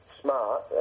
smart